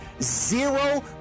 Zero